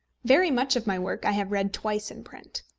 very much of my work i have read twice in print.